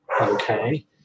Okay